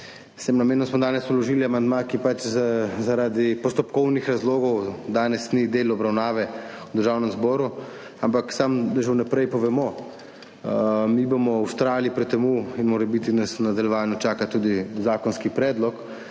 košarico, smo danes vložili amandma, ki zaradi postopkovnih razlogov danes ni del obravnave v Državnem zboru, ampak samo že vnaprej povemo, mi bomo vztrajali pri temu in morebiti nas v nadaljevanju čaka tudi zakonski predlog,